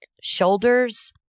shoulders